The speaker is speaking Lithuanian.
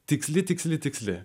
tiksli tiksli tiksli